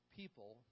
people